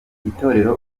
itorero